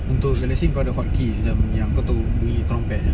untuk releasing all the hotkeys macam yang kau tahu bunyi trumpet yang